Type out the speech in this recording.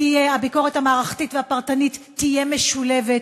הביקורת המערכתית והפרטנית תהיה משולבת.